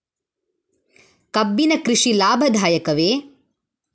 ಕಬ್ಬಿನ ಕೃಷಿ ಲಾಭದಾಯಕವೇ?